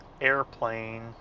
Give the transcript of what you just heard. airplane